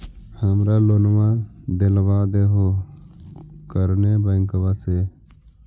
हमरा लोनवा देलवा देहो करने बैंकवा से?